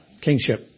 kingship